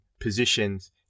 positions